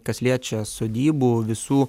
kas liečia sodybų visų